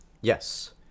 Yes